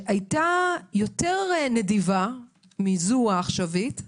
שהיתה יותר נדיבה מזו העכשווית,